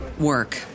work